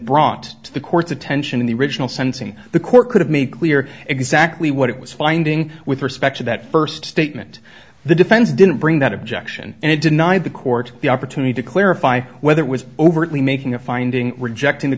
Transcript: brought to the court's attention in the original sensing the court could have made clear exactly what it was finding with respect to that first statement the defense didn't bring that objection and it denied the court the opportunity to clarify whether it was overly making a finding rejecting the